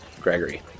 Gregory